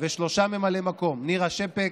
ושלושה ממלאי מקום: נירה שפק,